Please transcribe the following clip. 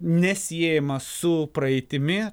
nesiejamas su praeitimi